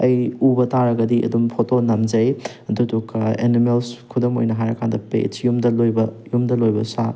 ꯑꯩ ꯎꯕ ꯇꯥꯔꯒꯗꯤ ꯑꯗꯨꯝ ꯐꯣꯇꯣ ꯅꯝꯖꯩ ꯑꯗꯨꯗꯨꯒ ꯑꯦꯅꯤꯃꯦꯜ ꯈꯨꯗꯝ ꯑꯣꯏꯅ ꯍꯥꯏꯔ ꯀꯥꯟꯗ ꯄꯦꯠꯁ ꯌꯨꯝꯗ ꯂꯣꯏꯕ ꯌꯨꯝꯗ ꯂꯣꯏꯕ ꯁꯥ